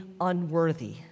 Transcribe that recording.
unworthy